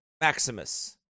Maximus